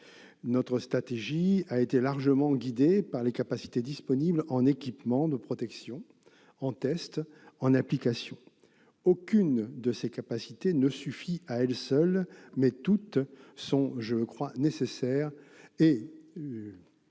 Notre stratégie a été largement guidée par les capacités disponibles en équipements de protection, en tests, en applications. Aucune de ces capacités ne suffit à elle seule, mais toutes sont nécessaires, je le